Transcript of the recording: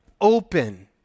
open